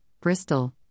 Bristol